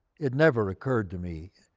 it never occured to me,